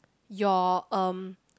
your um